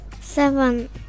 Seven